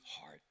heart